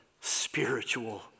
spiritual